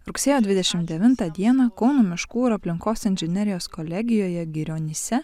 rugsėjo dvidešimt devintą dieną kauno miškų ir aplinkos inžinerijos kolegijoje girionyse